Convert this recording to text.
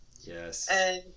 yes